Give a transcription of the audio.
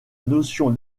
notion